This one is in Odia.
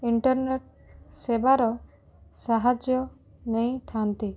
ଇଣ୍ଟରନେଟ୍ ସେବାର ସାହାଯ୍ୟ ନେଇଥାନ୍ତି